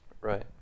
Right